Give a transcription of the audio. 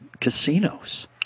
casinos